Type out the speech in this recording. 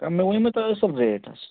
نا مےٚ ووٚنمَو تۄہہِ اصٕل ریٹ حظ